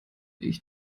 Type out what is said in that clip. ich